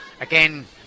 again